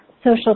Social